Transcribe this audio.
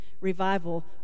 revival